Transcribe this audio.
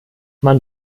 man